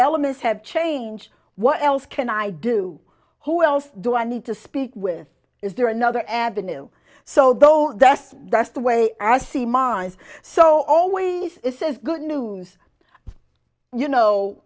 elements have changed what else can i do who else do i need to speak with is there another avenue so though just that's the way i see my eyes so i always this is good news you know